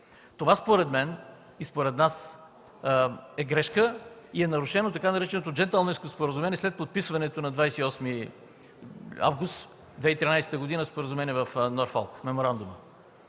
Това според мен и според нас е грешка и е нарушено така нареченото „джентълменско споразумение” след подписването на 28 август 2013 г. на споразумение в Норфолк – в меморандума.